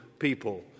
people